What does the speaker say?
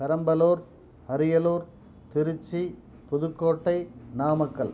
Perambalur Ariyalur Trichy Pudukkottai Namakkal